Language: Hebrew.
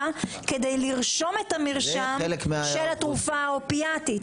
כדי לרשום את המרשם של התרופה האופייטית.